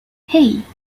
hey